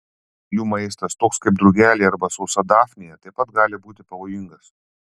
jų maistas toks kaip drugeliai arba sausa dafnija taip pat gali būti pavojingas